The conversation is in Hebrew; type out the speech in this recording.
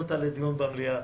במליאה